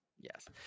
Yes